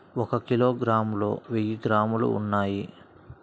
ఒక కిలోగ్రామ్ లో వెయ్యి గ్రాములు ఉన్నాయి